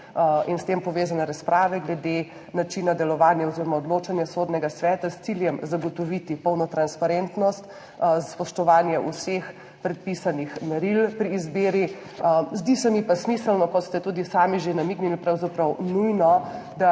in s tem povezane razprave glede načina delovanja oziroma odločanja Sodnega sveta s ciljem zagotoviti polno transparentnost, spoštovati vsa predpisana merila pri izbiri. Zdi se mi pa smiselno, kot ste tudi sami že namignili, pravzaprav nujno,